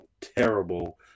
terrible